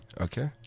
Okay